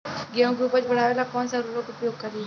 गेहूँ के उपज बढ़ावेला कौन सा उर्वरक उपयोग करीं?